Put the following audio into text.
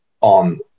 on